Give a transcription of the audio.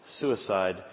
suicide